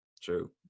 True